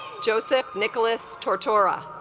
joseph nicholas tortora